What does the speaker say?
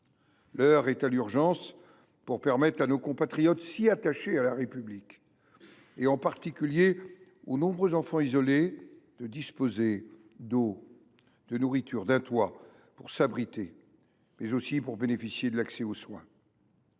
L’heure est à l’urgence pour permettre à nos compatriotes, si attachés à la République, en particulier aux nombreux enfants isolés, de disposer d’eau, de nourriture, d’un toit pour s’abriter et de l’accès aux soins.